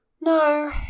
No